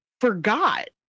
forgot